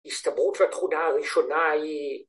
הסתברות לתכונה הראשונה היא